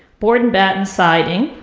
board and batten siding,